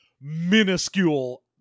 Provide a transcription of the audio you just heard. minuscule